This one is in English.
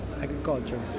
agriculture